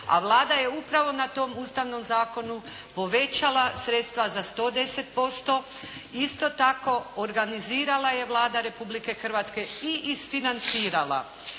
a Vlada je upravo na tom Ustavnom zakonu povećala sredstva za 110 posto. Isto tako, organizirala je Vlada Republike Hrvatske i isfinancirala